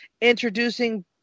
introducing